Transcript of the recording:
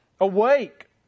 Awake